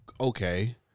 okay